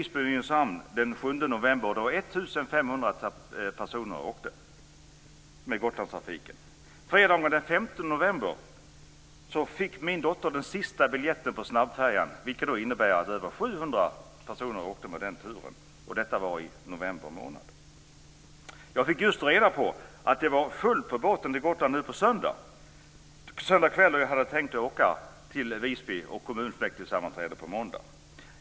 Som mest var det den 5 november fick min dotter den sista biljetten på snabbfärjan, vilket innebär att över 700 personer åkte med den turen, och detta var i november månad. Jag fick just reda på att det är fullt på båten till Gotland nu på söndag kväll. Jag hade tänkt åka till Visby för att vara med på ett kommunfullmäktigesammanträde på måndag.